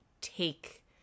take